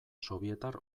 sobietar